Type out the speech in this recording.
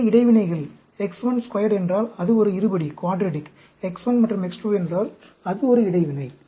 இது இடைவினைகள் X12 என்றால் அது ஒரு இருபடி X1 மற்றும் X2 என்றால் அது ஒரு இடைவினை